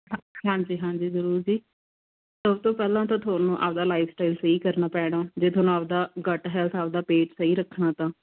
ਹਾਂਜੀ ਹਾਂਜੀ ਜ਼ਰੂਰ ਜੀ ਸਭ ਤੋਂ ਪਹਿਲਾਂ ਤਾਂ ਤੁਹਾਨੂੰ ਆਪਦਾ ਲਾਈਫਸਟਾਈਲ ਸਹੀ ਕਰਨਾ ਪੈਣਾ ਜੇ ਤੁਹਾਨੂੰ ਆਪਦਾ ਗੱਟ ਹੈਲਥ ਆਪਦਾ ਪੇਟ ਸਹੀ ਰੱਖਣਾ ਤਾਂ